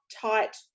tight